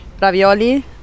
ravioli